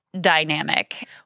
dynamic